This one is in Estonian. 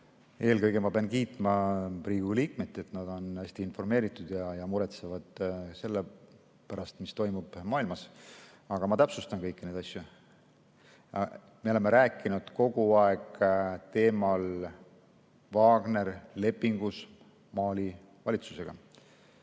Eelkõige pean kiitma Riigikogu liikmeid, et nad on hästi informeeritud ja muretsevad selle pärast, mis toimub maailmas. Aga ma täpsustan kõiki neid asju. Me oleme rääkinud kogu aeg teemal "Wagner leping Mali valitsusega".